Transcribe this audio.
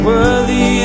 Worthy